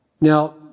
Now